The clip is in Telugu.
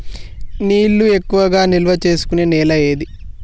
నీళ్లు ఎక్కువగా నిల్వ చేసుకునే నేల ఏది?